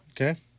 Okay